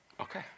okay